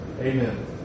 Amen